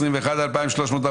מתייחסת להסתייגויות 2100-2081,